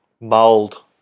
Mold